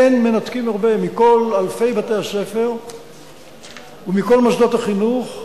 אין מנתקים הרבה מכל אלפי בתי-הספר ומכל מוסדות החינוך,